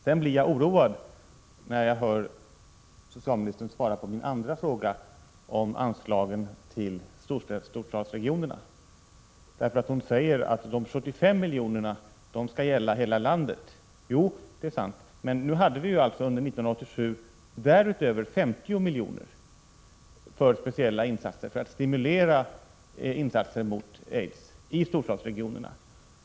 Jag blir oroad när jag hör socialministern svara på min andra fråga om anslagen till storstadsregionerna. Hon säger nämligen att de 75 miljonerna skall gälla hela landet. Ja, det är sant, men för 1987 har därutöver anslagits 50 miljoner för att stimulera insatser mot aids i storstadsregionerna.